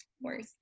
Worse